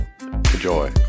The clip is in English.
Enjoy